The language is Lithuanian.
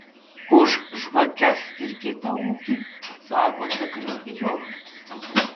už žvakes ir kitą ūkį atsako zakristijonas